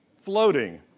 floating